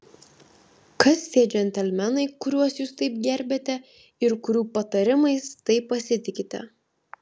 kas tie džentelmenai kuriuos jūs taip gerbiate ir kurių patarimais taip pasitikite